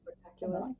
Spectacular